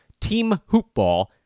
teamhoopball